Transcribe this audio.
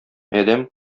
адәм